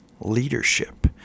Leadership